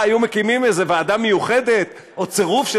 ככה היו מקימים איזו ועדה מיוחדת או צירוף של